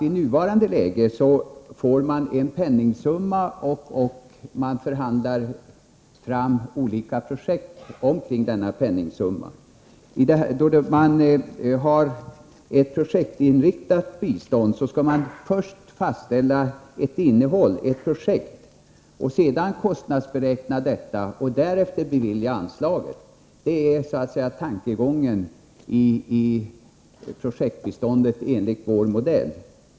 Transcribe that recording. I nuvarande läge fastställs en penningsumma, och man förhandlar fram olika projekt omkring denna penningsumma. Med ett projektinriktat bistånd skall man först fastställa ett innehåll, ett projekt. Sedan kostnadsberäknas detta, och därefter beviljas anslaget. Det är tankegången i projektbiståndet enligt vår modell.